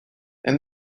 and